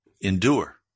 endure